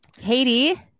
Katie